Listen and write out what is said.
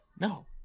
No